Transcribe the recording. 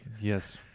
Yes